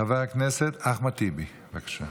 חבר הכנסת אחמד טיבי, בבקשה.